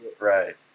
right